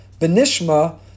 Benishma